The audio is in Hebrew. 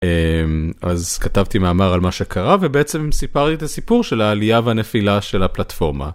אז כתבתי מאמר על מה שקרה ובעצם סיפרתי את הסיפור של העלייה והנפילה של הפלטפורמה.